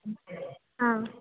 ಆಂ